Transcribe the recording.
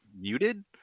muted